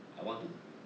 I want to